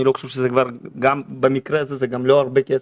חושב שבמקרה הזה זה גם לא הרבה כסף.